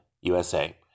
USA